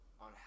on